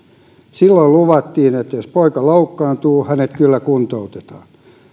silloin luvattiin että jos poika loukkaantuu hänet kyllä kuntoutetaan